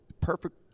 perfect